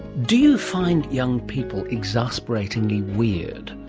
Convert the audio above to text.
do you find young people exasperatingly weird?